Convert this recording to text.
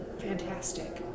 Fantastic